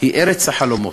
"היא ארץ החלומות".